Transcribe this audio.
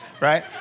right